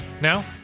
Now